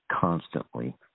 constantly